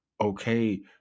okay